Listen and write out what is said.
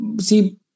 see